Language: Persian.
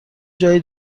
جایی